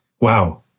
Wow